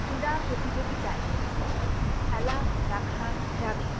ক্রীড়া প্রতিযোগিতায় কী খেলা রাখা যাবে